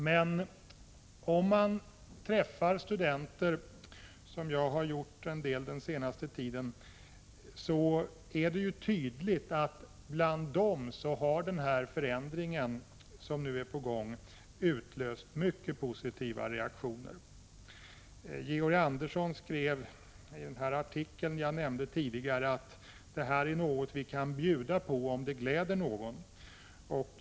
Men när man träffar studenter — och det har jag gjort ganska ofta under den senaste tiden — märker man tydligt att den förändring som nu är på gång har utlöst mycket positiva reaktioner bland dem. Georg Andersson skrev i den artikel som jag tidigare nämnde: Det här är något vi kan bjuda på, om det gläder någon.